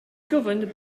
governed